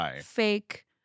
fake